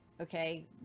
Okay